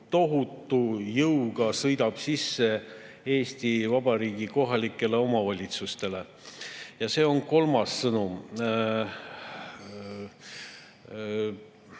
tohutu jõuga sõidab sisse Eesti Vabariigi kohalikele omavalitsustele. Ja see on kolmas sõnum. Paljud